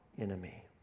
enemy